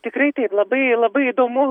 tikrai tai labai labai įdomu